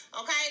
Okay